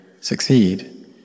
succeed